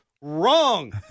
Wrong